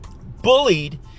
bullied